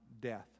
death